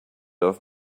off